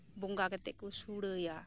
ᱵᱚᱸᱜᱟ ᱠᱟᱛᱮᱫ ᱠᱚ ᱥᱳᱲᱮᱭᱟ